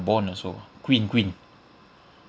born also queen queen